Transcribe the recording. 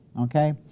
okay